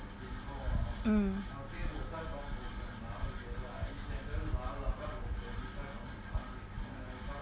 mm